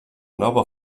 nova